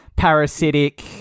parasitic